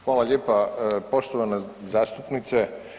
Hvala lijepa poštovana zastupnice.